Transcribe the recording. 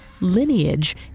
lineage